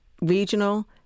regional